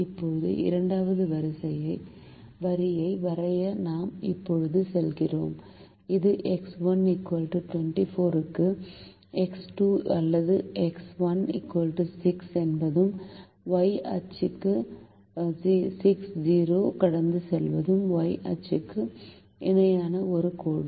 இப்போது இரண்டாவது வரியை வரைய நாம் இப்போது செல்கிறோம் இது எக்ஸ் 1 24 க்கு எக்ஸ் 2 அல்லது எக்ஸ் 1 6 என்பது Y அச்சுக்கு 60 கடந்து செல்லும் Y அச்சுக்கு இணையான ஒரு கோடு